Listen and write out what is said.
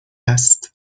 است